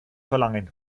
verlangen